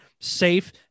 safe